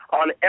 on